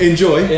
Enjoy